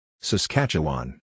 Saskatchewan